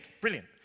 brilliant